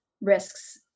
risks